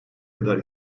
kadar